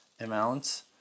amounts